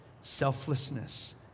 selflessness